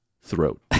throat